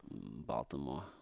Baltimore